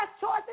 choices